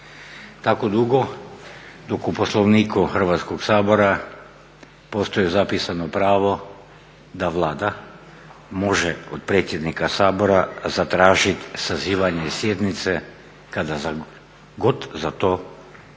tako dugo dok u Poslovniku Hrvatskog sabora postoji zapisano pravo da Vlada može od predsjednika Sabora zatražit sazivanje sjednice kada god za to, po